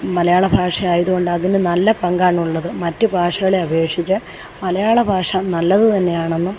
മലയാളഭാഷയായതുകൊണ്ടതിനു നല്ല പങ്കാണുള്ളത് മറ്റു ഭാഷകളെ അപേക്ഷിച്ച് മലയാള ഭാഷ നല്ലത് തന്നെയാണെന്നും